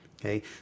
okay